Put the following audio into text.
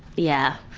yeah,